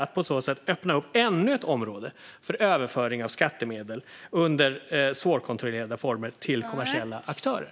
På detta sätt öppnar man ännu ett område för överföring av skattemedel under svårkontrollerade former till kommersiella aktörer.